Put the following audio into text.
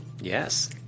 Yes